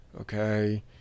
okay